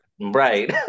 Right